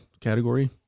category